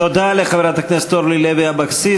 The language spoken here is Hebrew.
תודה לחברת הכנסת אורלי לוי אבקסיס.